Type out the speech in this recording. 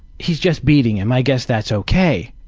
he's just beating him, i guess that's ok.